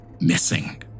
missing